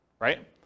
right